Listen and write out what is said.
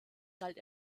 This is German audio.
galt